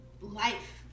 life